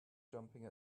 jumping